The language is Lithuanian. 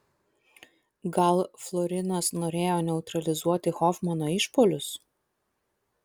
gal florinas norėjo neutralizuoti hofmano išpuolius